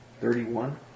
Thirty-one